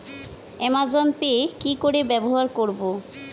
Amazon Pay কি করে ব্যবহার করব?